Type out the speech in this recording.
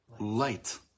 Light